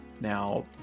now